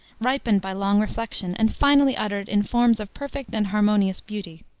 ripened by long reflection, and finally uttered in forms of perfect and harmonious beauty.